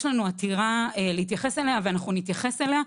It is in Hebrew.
יש לנו עתירה להתייחס אליה ואנחנו נתייחס אליה.